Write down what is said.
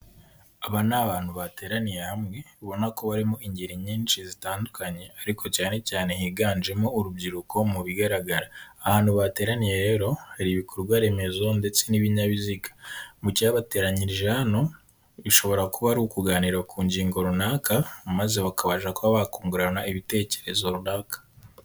Aba ni abantu bateraniye hamwe, ubona ko barimo ingeri nyinshi zitandukanye, ariko cyane cyane higanjemo urubyiruko. Mu bigaragara, ahantu bateraniye rero, hari ibikorwa remezo ndetse n'ibinyabiziga. mu cyabateranyirije hano, bishobora kuba ari ukuganira ku ngingo runaka maze bakabasha kuba bakungurana ibitekerezo runaka.